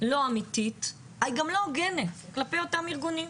לא אמיתית, היא גם לא הוגנת כלפי אותם ארגונים.